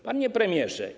Panie Premierze!